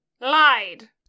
lied